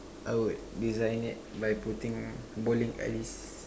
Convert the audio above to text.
I would design it by putting bowling alleys